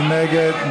מי נגד?